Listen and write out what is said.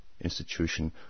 institution